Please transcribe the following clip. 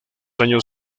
años